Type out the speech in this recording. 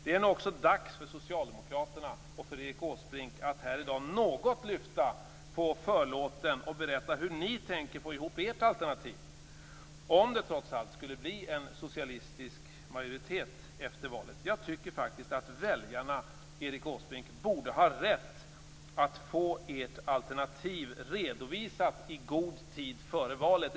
Det är nu också dags för socialdemokraterna och Erik Åsbrink att här i dag något lyfta på förlåten och berätta hur ni tänker få ihop ert alternativ om det trots allt skulle bli en socialistisk majoritet efter valet. Jag tycker faktiskt att väljarna, Erik Åsbrink, borde ha rätt att få ert alternativ redovisat i god tid före valet.